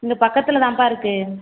இந்த பக்கத்தில் தான்ப்பா இருக்குது